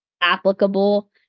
applicable